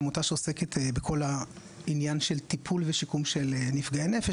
עמותה שעוסקת בכל העניין של טיפול ושיקום של נפגעי נפש,